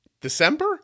December